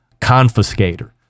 confiscator